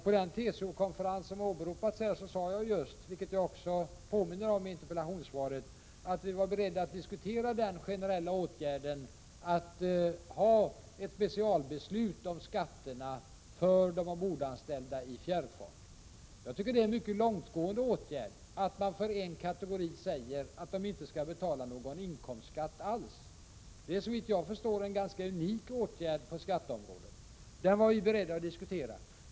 På den TCO-konferens som har åberopats här sade jag, vilket jag också påminner om i interpellationssvaret, att vi just var beredda att diskutera den generella åtgärden att fatta ett specialbeslut om skatterna för de ombordanställda i fjärrfart. Jag tycker att det är en mycket långtgående åtgärd, att man för en kategori säger att den inte skall betala någon inkomstskatt alls. Det är såvitt jag förstår en ganska unik åtgärd på skatteområdet. Den var vi alltså beredda att diskutera.